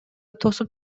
тосуп